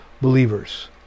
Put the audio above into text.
believers